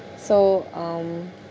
so um